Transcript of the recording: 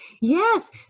Yes